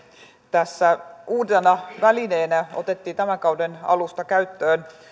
tässä uutena välineenä otettiin tämän kauden alusta käyttöön